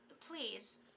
please